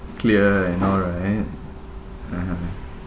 clear and all right (uh huh)